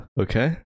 Okay